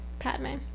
Padme